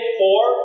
four